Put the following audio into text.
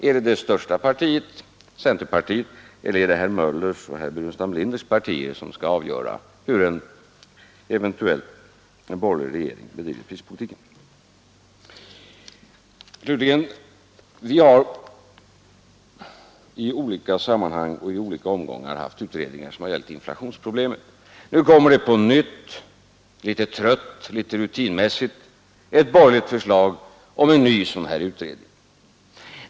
Är det det största partiet, centerpartiet, eller är det herr Möllers och herr Burenstam Linders partier som skall avgöra hur en eventuell borgerlig regering bedriver prispolitiken? Vi har i olika sammanhang och i olika omgångar haft utredningar som gällt inflationsproblemen. Nu kommer det på nytt — litet trött, litet rutinmässigt — ett borgerligt förslag om ytterligare en sådan utredning.